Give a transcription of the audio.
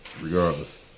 regardless